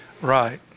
Right